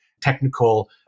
technical